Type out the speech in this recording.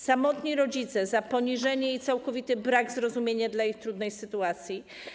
Samotnych rodziców - za poniżenie i całkowity brak zrozumienia dla ich trudnej sytuacji.